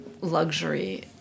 luxury